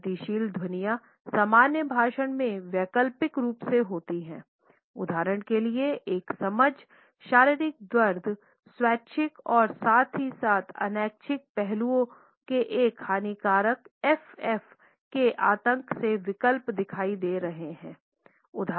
प्रगतिशील ध्वनियाँ सामान्य भाषा में वैकल्पिक रूप से अधिक होती हैं उदाहरण के लिए एक समझ शारीरिक दर्द स्वैच्छिक और साथ ही साथ अनैच्छिक पहलुओं के एक हानिकारक एफएफ के आतंक से विकल्प दिखाई दे रहे हैं